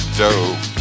dope